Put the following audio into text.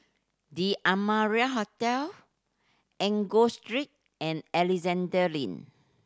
The Amara Hotel Enggor Street and Alexandra Lane